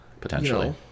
Potentially